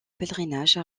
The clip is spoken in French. pèlerinage